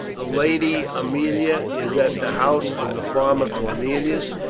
the lady aemilia is at the house of the farmer cornelius,